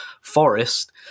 Forest